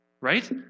Right